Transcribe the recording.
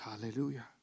Hallelujah